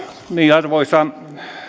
arvoisa